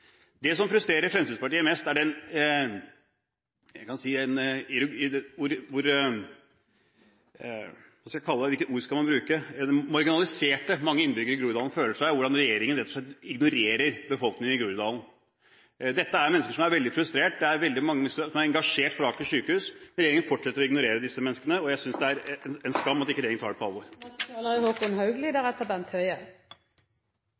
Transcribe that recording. Det som frustrerer Fremskrittspartiet mest, er hvor – hvilket ord skal man bruke – marginalisert mange innbyggere i Groruddalen føler seg, og hvordan regjeringen rett og slett ignorerer befolkningen i Groruddalen. Dette er mennesker som er veldig frustrert. Det er veldig mange som er engasjert for Aker sykehus. Regjeringen fortsetter å ignorere disse menneskene. Jeg synes det er en skam at regjeringen ikke tar det på alvor.